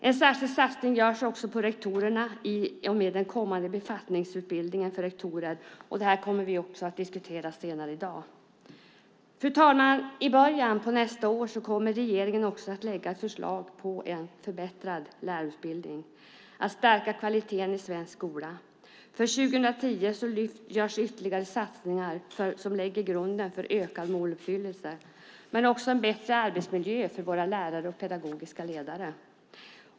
En särskild satsning görs också på rektorerna i och med den kommande befattningsutbildningen för rektorer. Det här kommer vi att diskutera senare i dag. Fru talman! I början av nästa år kommer regeringen också att lägga fram ett förslag om en förbättrad lärarutbildning för att stärka kvaliteten i svensk skola. För 2010 görs ytterligare satsningar som lägger grunden för ökad måluppfyllelse men också en bättre arbetsmiljö för våra lärare och pedagogiska ledare.